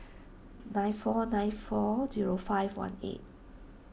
nine four nine four zero five one eight